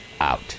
out